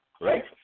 right